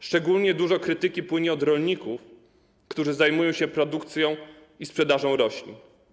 Szczególnie dużo krytyki płynie ze strony rolników, którzy zajmują się produkcją i sprzedażą roślin.